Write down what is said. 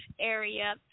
area